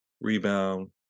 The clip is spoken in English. rebound